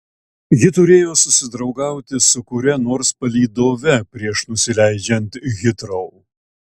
ji turėjo susidraugauti su kuria nors palydove prieš nusileidžiant hitrou